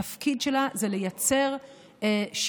התפקיד שלה זה לייצר שוויון,